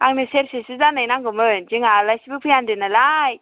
आंनो सेरसेसो जानाय नांगौमोन जोंहा आलासिबो फैहांदों नालाय